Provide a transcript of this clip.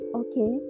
okay